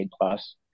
plus